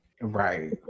right